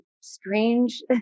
strange